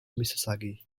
misasagi